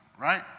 Right